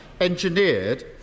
engineered